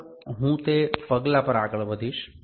આગળ હું તે પગલા પર આગળ વધીશ